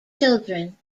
children